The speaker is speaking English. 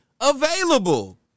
available